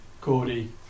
Cody